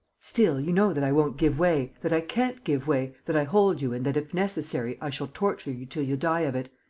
still, you know that i won't give way, that i can't give way, that i hold you and that, if necessary, i shall torture you till you die of it.